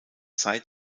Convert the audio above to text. zeit